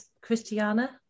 Christiana